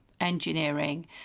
engineering